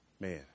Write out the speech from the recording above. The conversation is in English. man